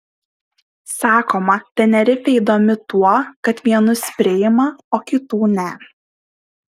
sakoma tenerifė įdomi tuo kad vienus priima o kitų ne